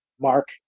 mark